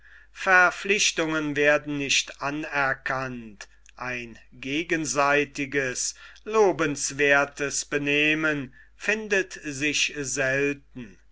verpflichtungen werden nicht anerkannt ein gegenseitiges lobenswerthes benehmen findet sich selten